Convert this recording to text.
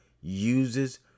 uses